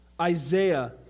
Isaiah